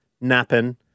napping